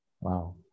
Wow